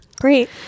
great